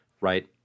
right